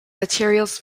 materials